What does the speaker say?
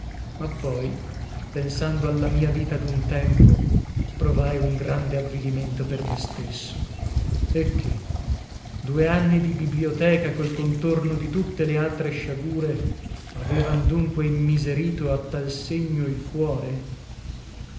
ma poi pensando alla mia vita dun tempo provai un grande avvilimento per me stesso eh che due anni di biblioteca col contorno di tutte le altre sciagure mavevan dunque immiserito a tal segno il cuore